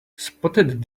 spotted